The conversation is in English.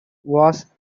was